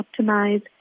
optimize